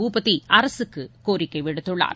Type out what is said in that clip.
பூபதிஅரசுக்குகோரிக்கைவிடுத்துள்ளார்